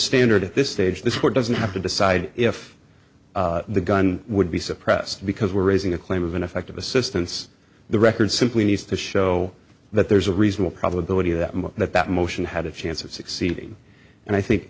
standard at this stage this war doesn't have to decide if the gun would be suppressed because we're raising a claim of ineffective assistance the record simply needs to show that there's a reasonable probability that that that motion had a chance of succeeding and i think